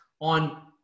on